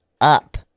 up